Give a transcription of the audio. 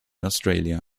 australia